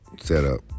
setup